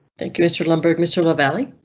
thank you mr. lumbergh mr lavalley.